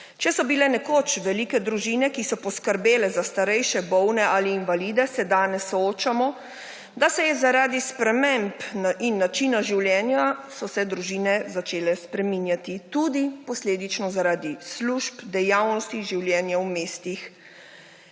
Če so bile nekoč velike družine, ki so poskrbele za starejše, bolne ali invalide, se danes soočamo, da se je zaradi sprememb in načina življenja, so se družine začele spreminjati, tudi posledično zaradi služb, dejavnosti, življenja v mestih.